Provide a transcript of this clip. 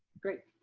great,